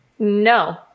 No